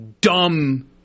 dumb